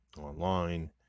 online